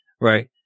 Right